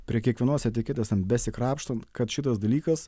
prie kiekvienos etiketės ten besikrapštant kad šitas dalykas